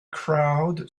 crowd